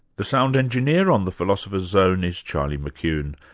the sound engineer on the philosopher's zone is charlie mccune.